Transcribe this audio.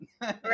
Right